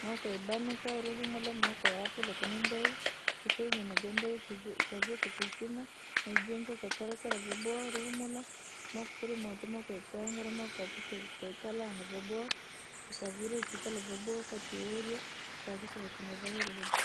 maa wakaiibanika, unihumula maa wakayaatula kunundai, ukaseya nyama jaandai maukavikaa kiisima maajingi ukakerakera vyaboowa urihumaa, maukuli moto moukaitengera mo ukahakikishe kuikaranga vyabowa, ikavirwa ikala vyaboha ukaurya, ukahakikishe vasian hela vyaboha.